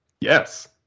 yes